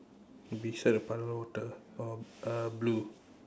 beside the puddle of water orh err blue